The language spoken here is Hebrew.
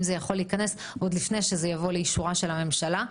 זה יכול להיכנס עוד לפני שזה יבוא לאישורה של הממשלה,